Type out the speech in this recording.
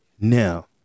Now